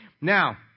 Now